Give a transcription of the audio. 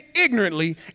ignorantly